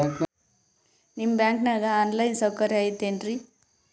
ನಿಮ್ಮ ಬ್ಯಾಂಕನಾಗ online ಸೌಕರ್ಯ ಐತೇನ್ರಿ?